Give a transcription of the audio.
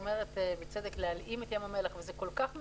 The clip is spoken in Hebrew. אומרת בצדק "להלאים את ים המלח" וזה כל כך מגוחך.